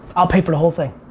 i'll pay for the whole thing.